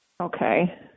Okay